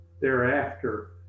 Thereafter